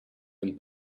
than